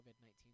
COVID-19